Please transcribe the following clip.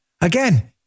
Again